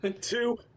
two